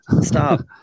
Stop